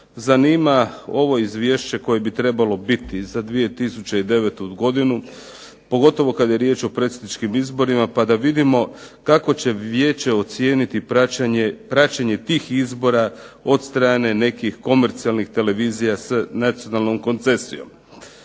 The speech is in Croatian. zanima ovo izvješće koje bi trebalo biti za 2009. godinu pogotovo kada je riječ o predsjedničkim izborima pa da vidimo kako će vijeće ocijeniti praćenje tih izbora od strane nekih komercijalnih televizija s nacionalnom koncesijom.